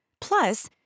Plus